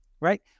right